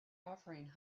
offering